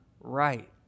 right